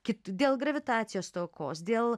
dėl gravitacijos stokos dėl